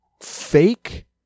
fake